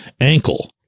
ankle